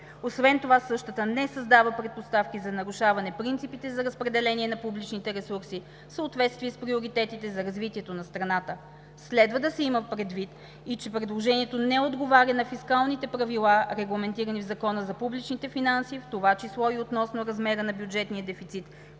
Освен това същата не създава предпоставки за нарушаване принципите за разпределение на публичните ресурси в съответствие с приоритетите за развитието на страната. Следва да се има предвид, че предложението не отговаря на фискалните правила, регламентирани в Закона за публичните финанси, в това число и относно размера на бюджетния дефицит,